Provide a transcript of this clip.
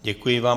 Děkuji vám.